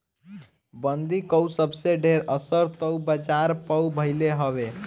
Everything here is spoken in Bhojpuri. बंदी कअ सबसे ढेर असर तअ बाजार पअ भईल हवे